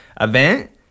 event